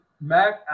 Mac